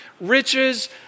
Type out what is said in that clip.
riches